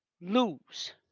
lose